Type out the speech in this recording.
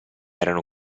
erano